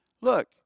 look